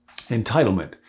entitlement